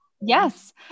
Yes